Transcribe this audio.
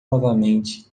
novamente